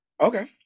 Okay